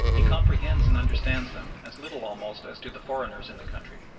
he comprehends and understands them as little almost as do the foreigners in the country.